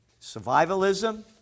survivalism